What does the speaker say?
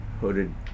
hooded